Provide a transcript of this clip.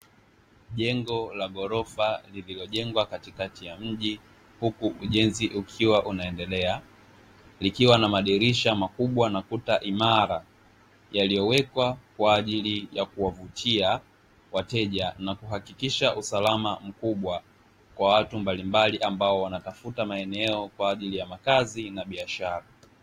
Jengo la ghorofa lililojengwa katikati ya mji huku ujenzi ukiwa unaendelea, likiwa na madirisha makubwa na kuta imara yaliyowekwa kwa ajili ya kuwavutia wateja na kuhakikisha usalama mkubwa kwa watu mbalimbali, ambao wanatafuta maeneo kwa ajili ya makazi na biashara.